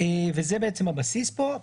זה בעצם הבסיס פה.